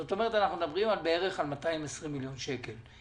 זאת אומרת אנחנו מדברים על בערך על 220 מיליון שקלים.